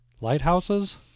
lighthouses